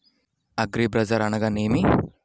అగ్రిబజార్ అనగా నేమి?